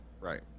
Right